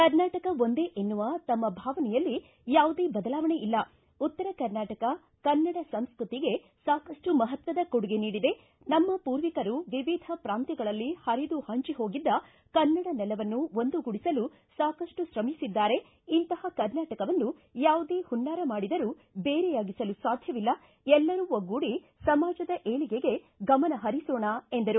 ಕರ್ನಾಟಕ ಒಂದೇ ಎನ್ನುವ ತಮ್ಮ ಭಾವನೆಯಲ್ಲಿ ಯಾವುದೇ ಬದಲಾವಣೆಯಲ್ಲ ಉತ್ತರ ಕರ್ನಾಟಕ ಕನ್ನಡ ಸಂಸ್ಟೃತಿಗೆ ಸಾಕಷ್ಟು ಮಹತ್ವದ ಕೊಡುಗೆ ನೀಡಿದೆ ನಮ್ಮ ಪೂರ್ವಿಕರು ವಿವಿಧ ಪ್ರಾಂತ್ಯಗಳಲ್ಲಿ ಪರಿದು ಹಂಚಿಹೋಗಿದ್ದ ಕನ್ನಡ ನೆಲವನ್ನು ಒಂದುಗೂಡಿಸಲು ಸಾಕಷ್ಟು ಶ್ರಮಿಸಿದ್ದಾರೆ ಇಂತಹ ಕರ್ನಾಟಕವನ್ನು ಯಾವುದೇ ಪುನ್ನಾರ ಮಾಡಿದರೂ ಬೇರೆಯಾಗಿಸಲು ಸಾಧ್ಯವಿಲ್ಲ ಎಲ್ಲರೂ ಒಗ್ಗೂಡಿ ಸಮಾಜದ ಏಳಿಗೆಗೆ ಗಮನ ಹರಿಸೋಣ ಎಂದರು